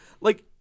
like-